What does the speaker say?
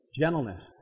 Gentleness